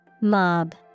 Mob